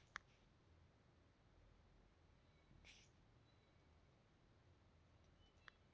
ಸಣ್ಣು ಬಾರಿ ಹಣ್ಣ ತಿನ್ನೋದ್ರಿಂದ ನಿದ್ದೆ ಚೊಲೋ ಆಗ್ತೇತಿ, ಮಲಭದ್ದತೆ ಕಡಿಮಿ ಮಾಡ್ತೆತಿ, ಎಲಬುಗಳನ್ನ ಗಟ್ಟಿ ಮಾಡ್ತೆತಿ